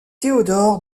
théodore